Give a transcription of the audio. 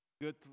Good